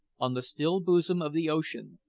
on the still bosom of the ocean,